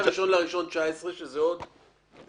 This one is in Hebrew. מה-1 בינואר 2019 שזה עוד שבועיים.